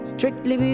Strictly